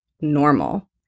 normal